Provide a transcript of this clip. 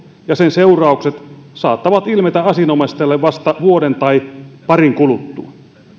ja sen seuraukset saattavat ilmetä asianomistajalle vasta vuoden tai parin kuluttua